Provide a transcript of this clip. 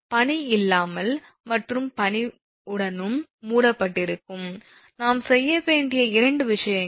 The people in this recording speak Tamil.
பனி இல்லாமல் மற்றும் பனிவுடனும் மூடப்பட்டிருக்கும் நாம் செய்ய வேண்டிய இரண்டு விஷயங்கள்